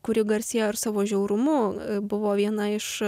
kuri garsėja savo ir žiaurumu buvo viena iš